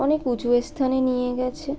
অনেক উঁচু স্থানে নিয়ে গিয়েছে